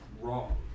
wrong